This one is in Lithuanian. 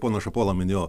ponas šapola minėjo